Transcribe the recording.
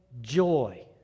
joy